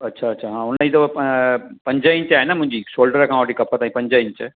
अच्छा अच्छा हा उनजी अथव पंज इंच आहे न मुंहिंजी शोल्डर खां वठी कप ताईं पंज इंच